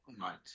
Right